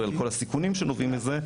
על כל הסיכונים שנובעים מכך,